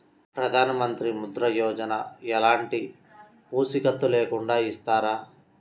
ప్రధానమంత్రి ముద్ర యోజన ఎలాంటి పూసికత్తు లేకుండా ఇస్తారా?